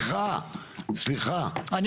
סליחה, סליחה.